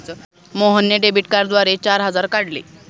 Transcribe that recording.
मोहनने डेबिट कार्डद्वारे चार हजार काढले